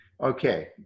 Okay